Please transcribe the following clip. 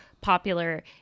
popular